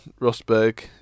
Rosberg